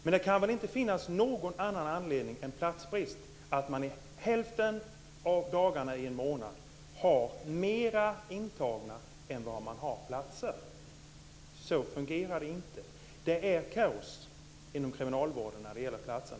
Men det kan väl inte finnas någon annan anledning än platsbrist till att man hälften av dagarna i en månad har mer intagna än vad man har platser. Så fungerar det inte. Det är kaos inom kriminalvården när det gäller platser.